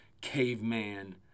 caveman